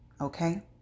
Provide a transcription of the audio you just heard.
Okay